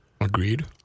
Agreed